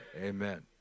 amen